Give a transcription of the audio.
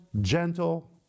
gentle